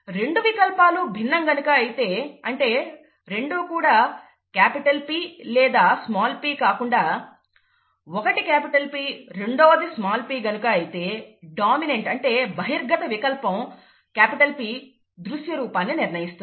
రెండు వికల్పాలు భిన్నం అయితే గనుక అంటే రెండూ కూడా క్యాపిటల్ P లేదా స్మాల్ p కాకుండా ఒకటి క్యాపిటల్ P రెండవది స్మాల్ p అయితే గనుక డామినెంట్ అంటే బహిర్గత వికల్పం P దృశ్య రూపాన్ని నిర్ణయిస్తుంది